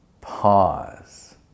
pause